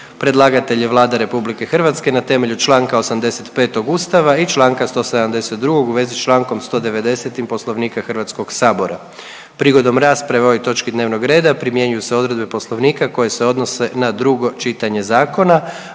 Predlagatelj je Vlada Republike Hrvatske na temelju članka 85. Ustava i članka 172. u vezi sa člankom 190. Poslovnika Hrvatskog sabora. Prigodom rasprave o ovoj točki dnevnog reda primjenjuju se odredbe Poslovnika koje se odnose na drugo čitanje zakona.